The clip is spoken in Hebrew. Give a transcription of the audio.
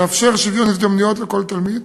לאפשר שוויון הזדמנויות לכל תלמיד,